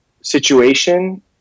situation